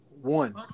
One